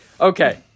Okay